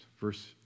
Verse